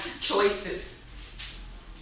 choices